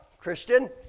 Christian